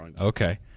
Okay